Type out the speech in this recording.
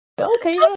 okay